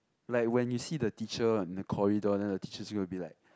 like when you see the teacher in the corridor then the teacher is going to be like